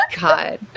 god